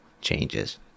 changes